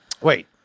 Wait